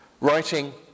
writing